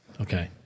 Okay